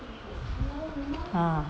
ah